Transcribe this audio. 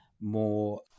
more